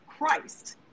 Christ